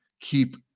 Keep